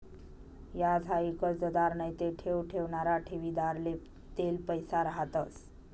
याज हाई कर्जदार नैते ठेव ठेवणारा ठेवीदारले देल पैसा रहातंस